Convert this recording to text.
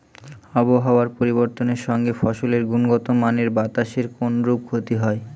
আবহাওয়ার পরিবর্তনের সঙ্গে ফসলের গুণগতমানের বাতাসের কোনরূপ ক্ষতি হয়?